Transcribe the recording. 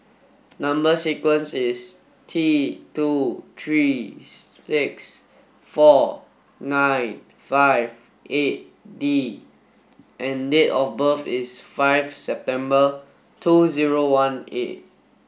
number sequence is T two three six four nine five eight D and date of birth is five September two zero one eight